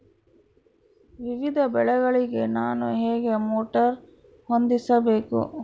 ವಿವಿಧ ಬೆಳೆಗಳಿಗೆ ನಾನು ಹೇಗೆ ಮೋಟಾರ್ ಹೊಂದಿಸಬೇಕು?